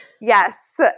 yes